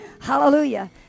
Hallelujah